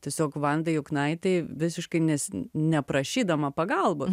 tiesiog vandai juknaitei visiškai nes neprašydama pagalbos